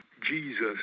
Jesus